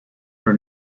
her